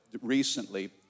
recently